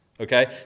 Okay